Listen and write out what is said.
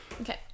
Okay